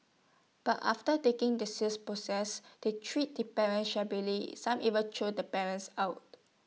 but after taking the sales proceeds they treat the parents shabbily some even throwing the parents out